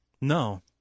No